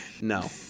No